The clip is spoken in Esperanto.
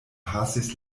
pasis